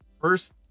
First